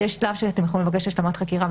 שלב שבו אתם מבקשים השלמת חקירה,